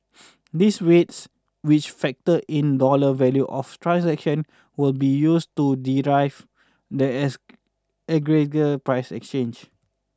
these weights which factor in dollar value of transactions will be used to derive the aggregate price exchange